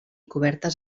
cobertes